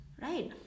right